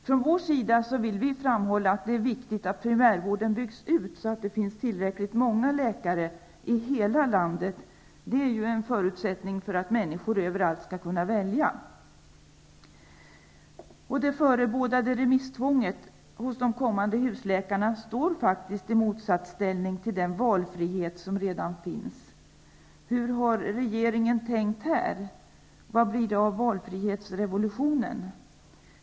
Från Socialdemokraternas sida vill vi framhålla att det är viktigt att primärvården byggs ut, så att det finns tillräckligt många läkare i hela landet. Det är ju en förutsättning för att människor överallt skall kunna välja läkare. Det förebådade remisstvånget hos de kommande husläkarna står faktiskt i motsatsställning till den valfrihet som redan finns. Hur har regeringen tänkt i fråga om detta? Vad blir det av valfrihetsrevolutionen?